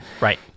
right